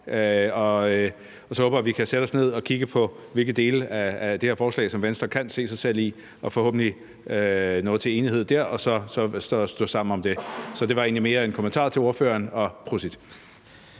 og så håber jeg, at vi kan sætte os ned og kigge på, hvilke dele af det her forslag Venstre kan se sig selv i, og forhåbentlig nå til enighed dér og så stå sammen om det. Så det var egentlig mere en kommentar til ordføreren. Kl.